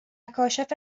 کاشف